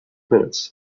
minutes